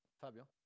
Fabio